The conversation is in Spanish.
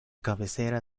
cabecera